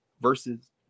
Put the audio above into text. versus